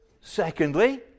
Secondly